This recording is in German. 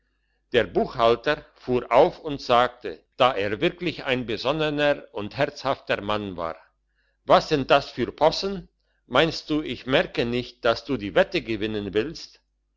der buchhalter fuhr auf und sagte dann er wirklich ein besonnener und beherzter man war was sind das für possen meinst du ich merke nicht dass du die wette gewinnen willst